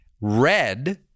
Red